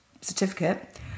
certificate